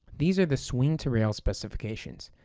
these are the swing-to-rail specifications,